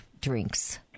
drinks